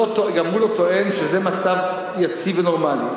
גם הוא לא טוען שזה מצב יציב ונורמלי.